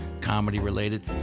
comedy-related